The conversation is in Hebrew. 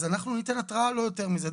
אז אנחנו ניתן התראה, לא יותר מזה.